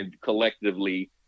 collectively –